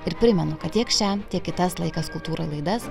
ir primenu kad tiek šią tiek kitas laikas kultūrai laidas